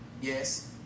Yes